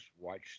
watch